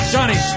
Johnny